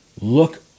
look